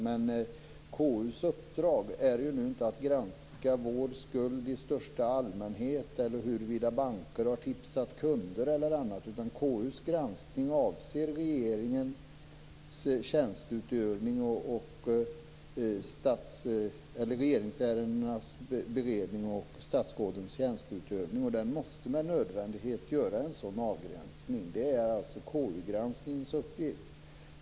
Men KU:s uppdrag är inte att granska vår skuld i största allmänhet eller huruvida banker har tipsat kunder etc. KU:s granskning avser regeringsärendenas beredning och statsrådens tjänsteutövning. Med nödvändighet måste en sådan avgränsning göras. Det är alltså KU:s granskningsuppgift.